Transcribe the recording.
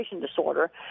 disorder